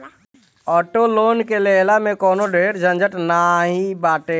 auto loan के लेहला में कवनो ढेर झंझट नाइ बाटे